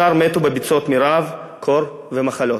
השאר מתו בביצות מרעב, קור ומחלות.